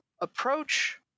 approach